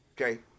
Okay